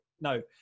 no